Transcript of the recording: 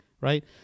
right